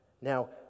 Now